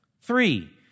Three